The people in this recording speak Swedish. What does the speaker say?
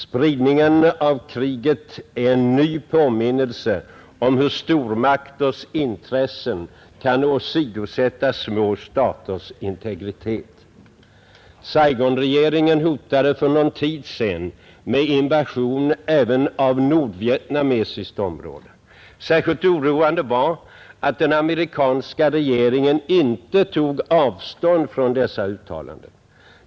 Spridningen av kriget är en ny påminnelse om hur stormakters intressen kan åsidosätta små staters integritet. Saigonregeringen hotade för någon tid sedan med invasion även av nordvietnamesiskt område. Särskilt oroande var att den amerikanska regeringen inte tog avstånd från dessa uttalanden.